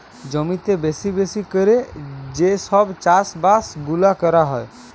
জমিতে বেশি বেশি ক্যরে যে সব চাষ বাস গুলা ক্যরা হ্যয়